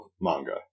manga